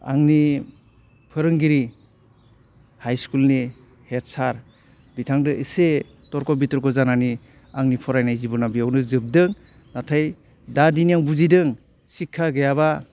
आंनि फोरोंगिरि हाइ स्कुलनि हेड सार बिथांजों एसे थरख' बिथरख' जानानै आंनि फरायनाय जिब'ना बेयावनो जोबदों नाथाय दा दिनै आं बुजिदों सिख्खा गैयाबा